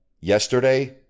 yesterday